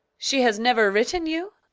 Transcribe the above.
she has never written you?